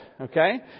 Okay